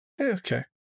Okay